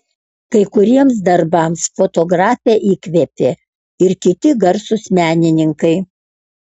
kai kuriems darbams fotografę įkvėpė ir kiti garsūs menininkai